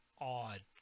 odd